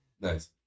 nice